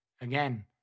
Again